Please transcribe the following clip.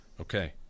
okay